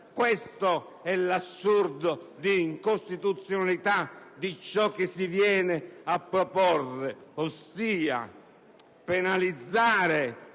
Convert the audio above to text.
Questo è l'assurdo di incostituzionalità di ciò che si viene a proporre: si penalizzano